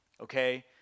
okay